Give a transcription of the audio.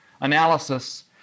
analysis